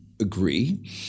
agree